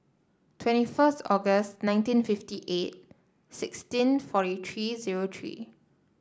twenty first August nineteen fifty eight sixteen forty three zero three